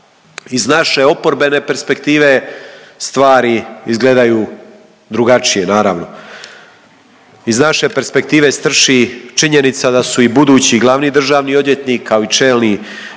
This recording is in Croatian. Iz naše oporbene perspektive stvari izgledaju drugačije naravno. Iz naše perspektive strši činjenica da su i budući glavni državni odvjetnik, kao i čelni ljudi